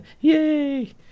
Yay